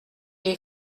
est